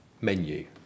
menu